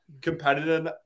competitive